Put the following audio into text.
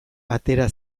atera